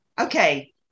Okay